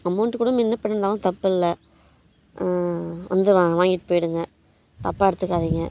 amount கூட முன்னப்பின்னே இருந்தாலும் தப்பில்லை வந்து வாங்கிட்டு போயிடுங்க தப்பாக எடுத்துக்காதீங்க